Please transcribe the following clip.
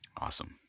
Awesome